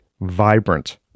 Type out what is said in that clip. vibrant